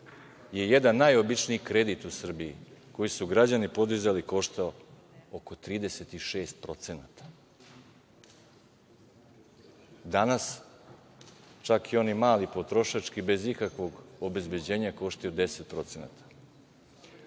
je jedan najobičniji kredit u Srbiji koji su građani podizali koštao oko 36%. Danas čak i oni mali potrošački bez ikakvog obezbeđenja koštaju 10%.